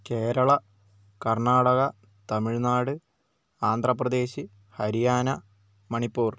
Keralam Karnataka Tamil Nadu Andhra Pradesh Haryana Manipur